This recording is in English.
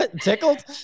tickled